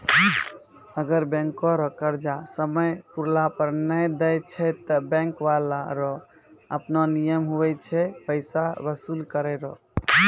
अगर बैंको रो कर्जा समय पुराला पर नै देय छै ते बैंक बाला रो आपनो नियम हुवै छै पैसा बसूल करै रो